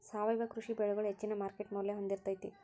ಸಾವಯವ ಕೃಷಿ ಬೆಳಿಗೊಳ ಹೆಚ್ಚಿನ ಮಾರ್ಕೇಟ್ ಮೌಲ್ಯ ಹೊಂದಿರತೈತಿ